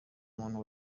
muntu